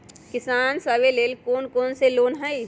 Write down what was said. किसान सवे लेल कौन कौन से लोने हई?